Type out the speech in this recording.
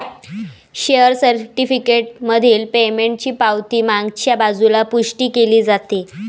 share certificate मधील पेमेंटची पावती मागच्या बाजूला पुष्टी केली जाते